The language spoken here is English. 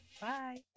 Bye